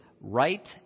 right